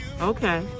Okay